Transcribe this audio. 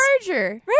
charger